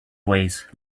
ways